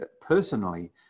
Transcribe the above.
personally